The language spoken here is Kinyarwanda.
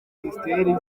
minisiteri